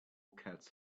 cats